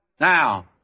Now